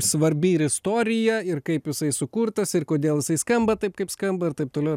svarbi ir istorija ir kaip jisai sukurtas ir kodėl jisai skamba taip kaip skamba ir taip toliau